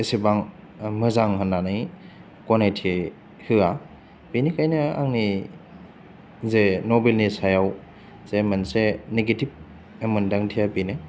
एसेबां मोजां होन्नानै गनायथि होआ बेनिखायनो आंनि जे नभेलनि सायाव जे मोनसे नेगेतिभ मोनदांथिया बेनो